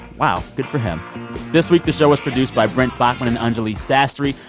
wow. good for him this week, the show was produced by brent baughman and anjuli sastry.